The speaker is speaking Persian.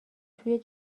توی